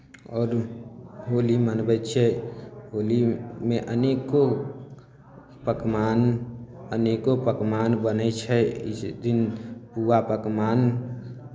आओर होली मनबै छियै होलीमे अनेको पकवान अनेको पकवान बनै छै इस दिन पुआ पकवान